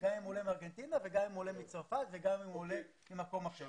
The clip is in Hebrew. גם לעולים מארגנטינה וגם לעולים מצרפת וגם לעולים ממקום אחר.